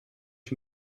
ich